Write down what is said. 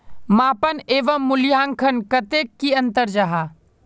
मापन एवं मूल्यांकन कतेक की अंतर जाहा?